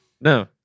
No